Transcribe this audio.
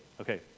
okay